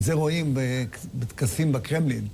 זה רואים בטקסים בקרמלין.